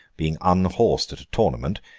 being unhorsed at a tournament,